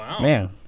Man